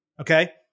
Okay